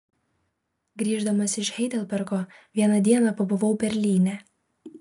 grįždamas iš heidelbergo vieną dieną pabuvau berlyne